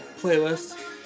playlist